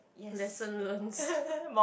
lesson learnt